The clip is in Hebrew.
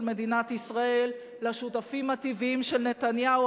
מדינת ישראל לשותפים הטבעיים של נתניהו,